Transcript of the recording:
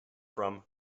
from